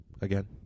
Again